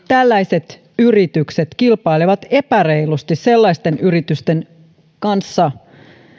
tällaiset yritykset kilpailevat epäreilusti sellaisten yritysten kanssa